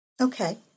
Okay